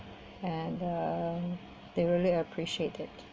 and the they really appreciate it